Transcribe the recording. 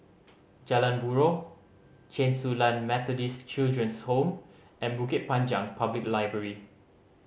Jalan Buroh Chen Su Lan Methodist Children's Home and Bukit Panjang Public Library